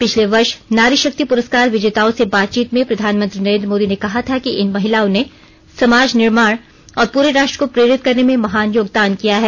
पिछले वर्ष नारीशक्ति पुरस्कार विजेताओं से बातचीत में प्रधानमंत्री नरें द्र मोदी ने कहा था कि इन महिलाओं ने समाज निर्माण और पूरे राष्ट्र को प्रेरित करने में महान योगदान किया है